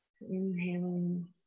inhaling